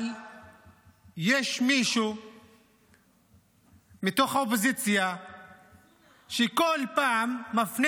אבל יש מישהו מתוך האופוזיציה שכל פעם מפנה